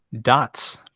Dots